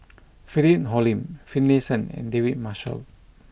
Philip Hoalim Finlayson and David Marshall